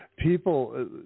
People